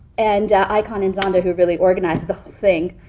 and ikhan indanda, who really organized the whole thing.